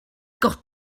got